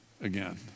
again